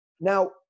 Now